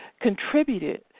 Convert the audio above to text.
contributed